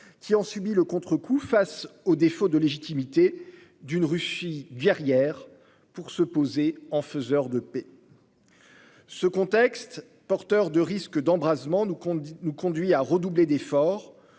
qui en subit le contrecoup face au défaut de légitimité d'une Russie guerrière pour se poser en faiseur de paix. Ce contexte porteur de risques d'embrasement nous conduit à redoubler d'efforts